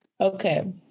Okay